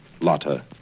Lotta